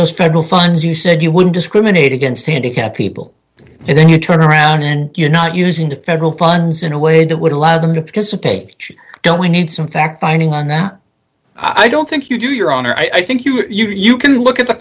those federal funds you said you would discriminate against handicapped people and then you turn around and you're not using the federal funds in a way that would allow them to participate don't we need some fact finding on that i don't think you do your honor i think you are you can look at the